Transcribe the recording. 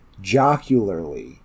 jocularly